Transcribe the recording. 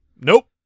Nope